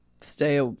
Stay